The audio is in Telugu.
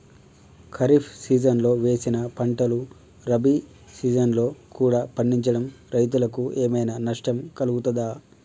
ఖరీఫ్ సీజన్లో వేసిన పంటలు రబీ సీజన్లో కూడా పండించడం రైతులకు ఏమైనా నష్టం కలుగుతదా?